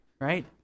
Right